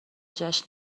جشن